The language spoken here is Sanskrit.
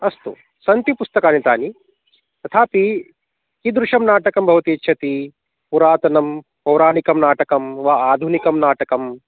अस्तु सन्ति पुस्तकानि तानि तथापि किदृशं नाटकं भवती इच्छती पुरातनं पौराणिकं नाटकं वा आधुनिकं नाटकम्